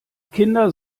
kinder